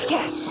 Yes